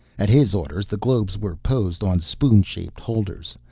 at his orders the globes were posed on spoon-shaped holders.